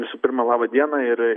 visų pirma laba diena ir